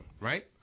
Right